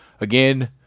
again